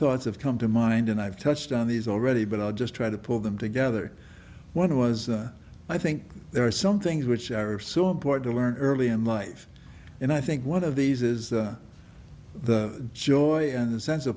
thoughts of come to mind and i've touched on these already but i'll just try to pull them together what it was i think there are some things which are so important to learn early in life and i think one of these is the joy and the sense of